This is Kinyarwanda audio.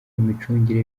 imicungire